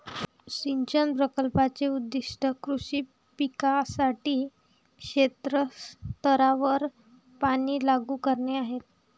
सिंचन प्रकल्पाचे उद्दीष्ट कृषी पिकांसाठी क्षेत्र स्तरावर पाणी लागू करणे आहे